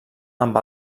amb